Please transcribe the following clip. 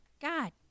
God